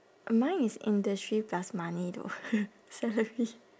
mine is industry plus money though salary